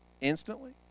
instantly